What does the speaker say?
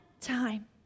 time